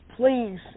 Please